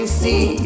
see